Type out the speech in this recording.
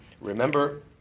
remember